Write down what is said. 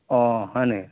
হয়নেকি